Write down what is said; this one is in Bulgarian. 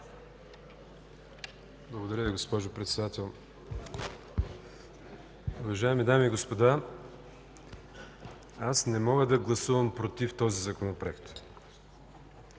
Благодаря Ви, госпожо Председател. Уважаеми дами и господа, аз не мога да гласувам „против” този Законопроект,